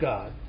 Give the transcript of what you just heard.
God